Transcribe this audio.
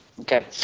Okay